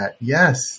Yes